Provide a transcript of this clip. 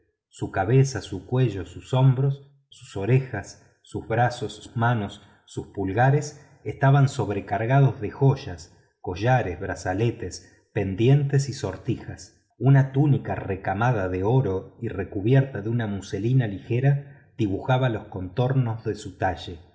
su cabeza su cuello sus hombros sus orejas sus brazos sus manos sus pulgares estaban sobrecargados de joyas collares brazaletes pendientes y sortijas una túnica recamada de oro y recubierta de una muselina ligera dibujaba los contornos de su talle